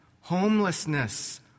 homelessness